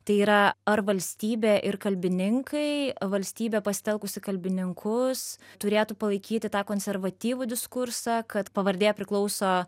tai yra ar valstybė ir kalbininkai valstybė pasitelkusi kalbininkus turėtų palaikyti tą konservatyvų diskursą kad pavardė priklauso